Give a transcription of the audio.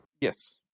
Yes